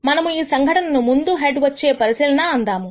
మనము ఈ సంఘటనను ముందు హెడ్ వచ్చే పరిశీలన అందాము